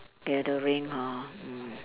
gathering ha mm